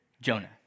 Jonah